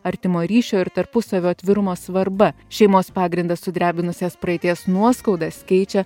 artimo ryšio ir tarpusavio atvirumo svarba šeimos pagrindą sudrebinusias praeities nuoskaudas keičia